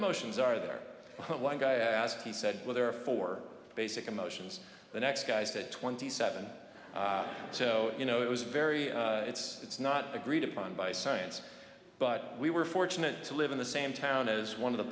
emotions are there the one guy asked he said well there are four basic emotions the next guy's at twenty seven so you know it was very it's it's not agreed upon by science but we were fortunate to live in the same town as one of the